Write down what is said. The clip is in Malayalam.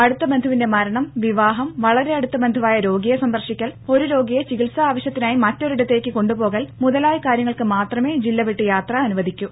അടുത്ത ബന്ധുവിന്റെ മരണം വിവാഹം വളരെ അടുത്ത ബന്ധുവായ രോഗിയെ സന്ദർശിക്കൽ ഒരു രോഗിയെ ചികിൽസാ ആവശ്യത്തിനായി മറ്റൊരിടത്തേയ്ക്ക് കൊണ്ടു പോകൽ മുതലായ കാര്യങ്ങൾക്ക് മാത്രമേ ജില്ല വിട്ട് യാത്ര അനുവദിക്കൂ